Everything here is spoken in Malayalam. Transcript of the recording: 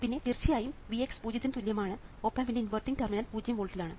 പിന്നെ തീർച്ചയായും Vx പൂജ്യത്തിന് തുല്യമാണ് ഓപ് ആമ്പിന്റെ ഇൻവെർട്ടിംഗ് ടെർമിനൽ 0 വോൾട്ടിലാണ്